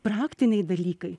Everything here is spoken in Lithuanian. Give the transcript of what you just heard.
praktiniai dalykai